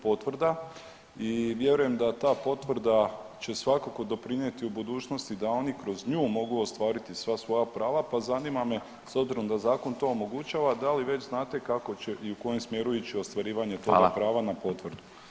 potvrda i vjerujem da ta potvrda će svakako doprinijeti u budućnosti da oni kroz nju mogu ostvariti sva svoja prava, pa zanima me s obzirom da zakon to omogućava da li već znate kako će i u kojem smjeru ići ostvarivanje toga prava na potvrdu.